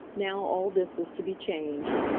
now all this was to be changed.